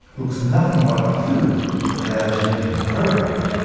looks nothing like the food they are genetically programmed